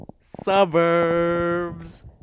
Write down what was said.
Suburbs